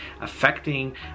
affecting